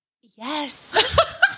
Yes